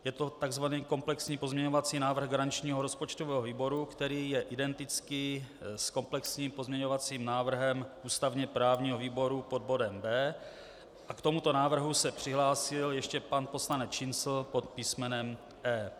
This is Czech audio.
Je to tzv. komplexní pozměňovací návrh garančního rozpočtového výboru, který je identický s komplexním pozměňovacím návrhem ústavněprávního výboru pod bodem B. A k tomuto návrhu se přihlásil ještě pan poslanec Šincl pod písmenem E.